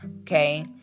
Okay